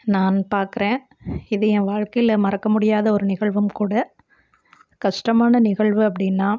நான் பாக்கிறேன் இது என் வாழ்க்கையில் மறக்க முடியாத ஒரு நிகழ்வும் கூட கஷ்டமான நிகழ்வு அப்படின்னா